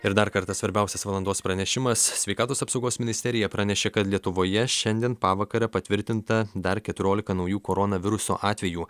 ir dar kartą svarbiausias valandos pranešimas sveikatos apsaugos ministerija pranešė kad lietuvoje šiandien pavakare patvirtinta dar keturiolika naujų koronaviruso atvejų